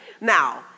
Now